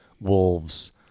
wolves